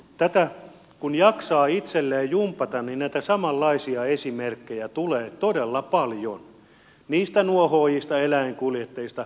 tätä kun jaksaa itselleen jumpata niin näitä samanlaisia esimerkkejä tulee todella paljon niistä nuohoojista eläinkuljettajista jokisoutajista